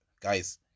guys